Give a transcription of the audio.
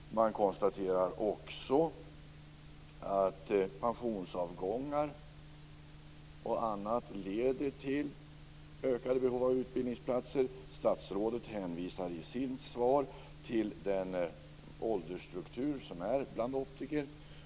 Man konstaterar också att pensionsavgångar och annat leder till ett ökat behov av utbildningsplatser. Statsrådet hänvisar i sitt svar till den åldersstruktur som är bland optiker.